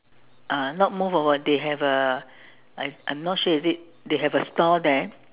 uh not move over they have a I I'm not sure is it they have a store there